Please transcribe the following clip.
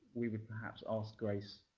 we would perhaps ask grace,